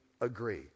agree